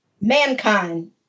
mankind